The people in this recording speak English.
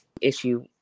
issue